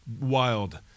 wild